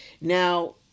Now